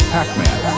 Pac-Man